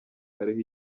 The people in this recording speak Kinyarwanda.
kariho